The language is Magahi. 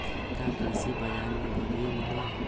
का कृषि बजार में गड़ियो मिलेला?